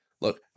look